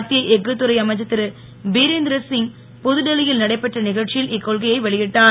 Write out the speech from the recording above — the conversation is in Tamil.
மத்திய எஃகு துறை அமைச்சர் திரு பீரேந்திரசிங் புதுடெல்லியில் நடைபெற்ற நிகழ்ச்சியில் இக்கொள்கையை வெளியிட்டார்